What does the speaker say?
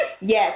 Yes